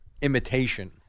imitation